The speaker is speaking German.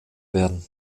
werden